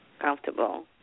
comfortable